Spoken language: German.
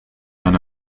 sein